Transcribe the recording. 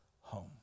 home